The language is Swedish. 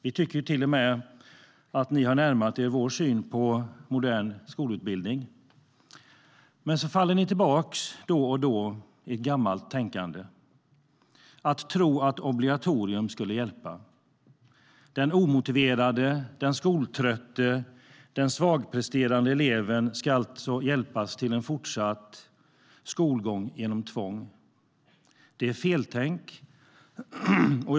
Vi tycker till och med att ni har närmat er vår syn på modern skolutbildning. Men då och då faller ni tillbaka i ett gammalt tänkande. Ni tror att ett obligatorium skulle hjälpa. Den omotiverade, skoltrötte och svagpresterande eleven ska alltså hjälpas till en fortsatt skolgång genom tvång. Det är feltänkt.